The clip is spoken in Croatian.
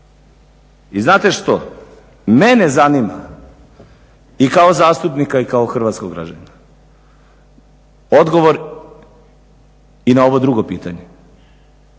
I znate što? Mene zanima i kao zastupnika i kao hrvatskog građanina odgovor i na ovo drugo čitanje.